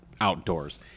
outdoors